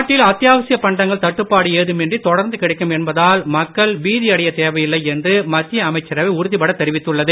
நாட்டின் அத்தியாவசியப் பண்டங்கள் தட்டுப்பாடு ஏதும் இன்றி தொடர்ந்து கிடைக்கும் என்பதால் மக்கள் பீதியடையத் தேவையில் என்று மத்திய அமைச்சரவை உறுதிபடத் தெரிவித்துள்ளது